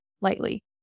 lightly